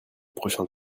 prochains